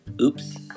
oops